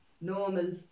normal